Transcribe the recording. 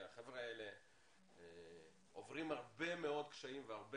החבר'ה האלה עוברים הרבה מאוד קשיים והרבה